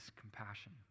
compassion